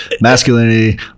masculinity